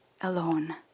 alone